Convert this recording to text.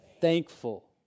thankful